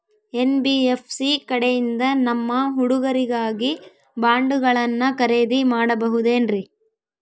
NBFC ಕಡೆಯಿಂದ ನಮ್ಮ ಹುಡುಗರಿಗಾಗಿ ಬಾಂಡುಗಳನ್ನ ಖರೇದಿ ಮಾಡಬಹುದೇನ್ರಿ?